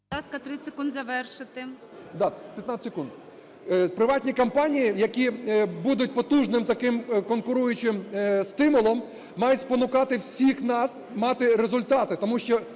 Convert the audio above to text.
Приватні компанії, які будуть потужним таким конкуруючим стимулом, мають спонукати всіх нас мати результати.